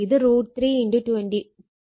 ഇത് √ 3 × 240 × 0